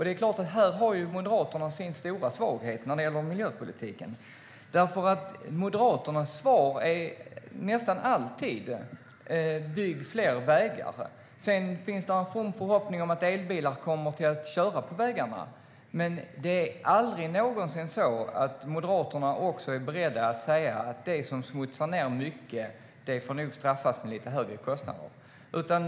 Det är här Moderaterna har sin stora svaghet när det gäller miljöpolitiken, för Moderaternas svar är nästan alltid: Bygg fler vägar! Sedan finns där en from förhoppning om att elbilar kommer att köra på vägarna, men det är aldrig någonsin så att Moderaterna också är beredda att säga att det som smutsar ned mycket nog får straffas med lite högre kostnader.